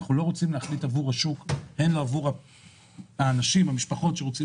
אנחנו לא רוצים להחליט עבור האנשים והמשפחות שרוצים